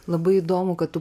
labai įdomu kad tu